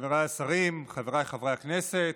חבריי השרים, חבריי חברי הכנסת,